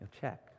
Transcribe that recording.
Check